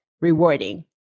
rewarding